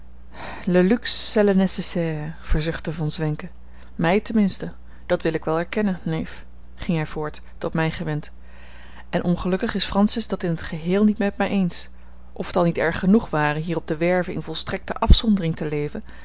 nécessaire verzuchtte von zwenken mij ten minste dat wil ik wel erkennen neef ging hij voort tot mij gewend en ongelukkig is francis dat in t geheel niet met mij eens of t al niet erg genoeg ware hier op de werve in volstrekte afzondering te leven